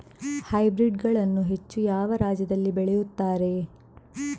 Hybrid ಗಳನ್ನು ಹೆಚ್ಚು ಯಾವ ರಾಜ್ಯದಲ್ಲಿ ಬೆಳೆಯುತ್ತಾರೆ?